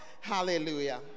Hallelujah